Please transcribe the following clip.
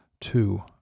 two